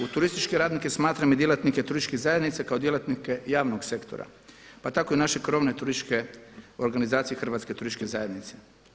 U turističke radnike smatram i djelatnike turističkih zajednica kao djelatnike javnog sektora pa tako i naše krovne turističke organizacije Hrvatske turističke zajednice.